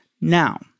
Now